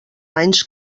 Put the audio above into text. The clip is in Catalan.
anys